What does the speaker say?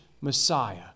Messiah